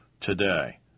today